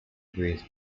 degrees